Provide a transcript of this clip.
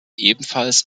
ebenfalls